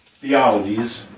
theologies